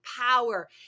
power